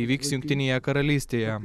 įvyks jungtinėje karalystėje